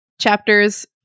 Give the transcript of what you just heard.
chapters